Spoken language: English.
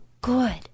good